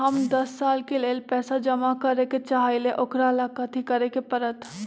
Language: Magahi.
हम दस साल के लेल पैसा जमा करे के चाहईले, ओकरा ला कथि करे के परत?